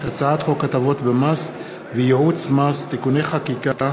הצעת חוק הטבות במס וייעוץ מס (תיקוני חקיקה),